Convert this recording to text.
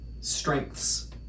strengths